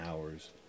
hours